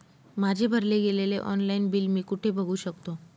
माझे भरले गेलेले ऑनलाईन बिल मी कुठे बघू शकतो?